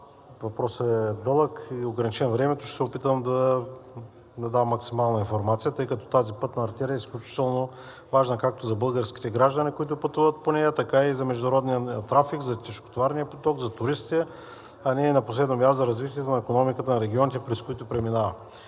въпросът е дълъг и съм ограничен във времето, ще се опитам да Ви дам максимална информация, тъй като тази пътна артерия е изключително важна както за българските граждани, които пътуват по нея, така и за международния трафик, за тежкотоварния поток, за туристи, а не и на последно място, за развитието на икономиката на регионите, през които преминава.